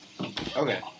Okay